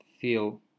feel